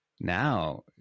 now